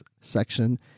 section